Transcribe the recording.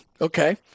Okay